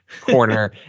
corner